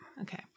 Okay